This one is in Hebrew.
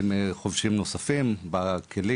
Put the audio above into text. שבו הוסמכו כ-150 חובשים נוספים בכלים